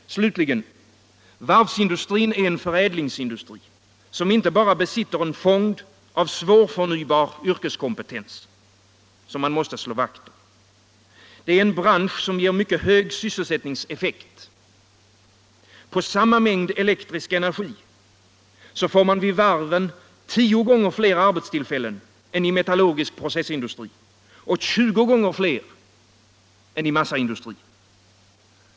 Slutligen: Varvsindustrin är en förädlingsindustri som inte bara besitter en fond av svårförnybar yrkeskompetens som man måste slå vakt om, utan den är en bransch som ger mycket hög sysselsättningseffekt. På samma mängd elektrisk energi får man vid varven 10 gånger fler arbetstillfällen än i metallurgisk processindustri och 20 gånger fler än i massaindustri.